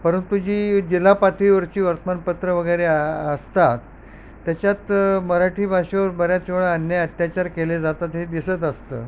परतु जी जिल्हापाथीवरची वर्तमानपत्र वगैरे असतात त्याच्यात मराठी भाषेवर बऱ्याच वेळा अन्य अत्याचार केले जातात हे दिसत असतं